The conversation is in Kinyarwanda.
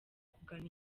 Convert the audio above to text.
kugana